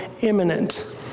imminent